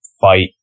fight